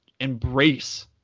Embrace